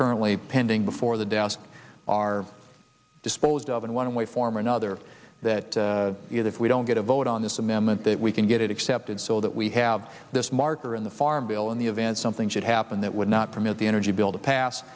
currently pending before the doubts are disposed of in one way form or another that is if we don't get a vote on this amendment that we can get it accepted so that we have this marker in the farm bill in the event something should happen that would not permit the energy bill to pas